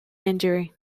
injury